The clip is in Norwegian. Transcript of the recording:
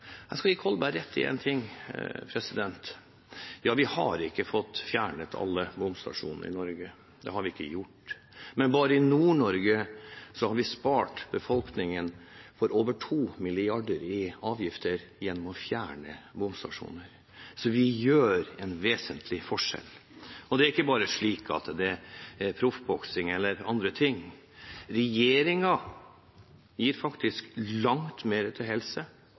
gi Kolberg rett i én ting: Vi har ikke fått fjernet alle bomstasjonene i Norge, det har vi ikke gjort. Men bare i Nord-Norge har vi spart befolkningen for over 2 mrd. kr i avgifter gjennom å fjerne bomstasjoner, så vi gjør en vesentlig forskjell. Det er ikke bare slik at det er proffboksing eller andre ting, regjeringen gir faktisk langt mer til helse,